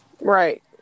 Right